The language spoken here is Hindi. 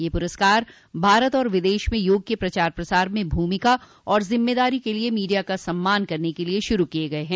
ये पुरस्कार भारत और विदेश में योग के प्रचार प्रसार में भूमिका और जिम्मेदारी के लिए मीडिया का सम्मान करने के लिए शुरू किये गये हैं